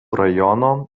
rajono